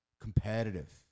competitive